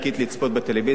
לצפות בתוכניות,